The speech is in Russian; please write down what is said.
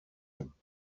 глубокое